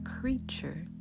creature